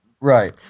Right